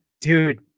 Dude